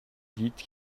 dites